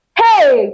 hey